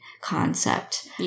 concept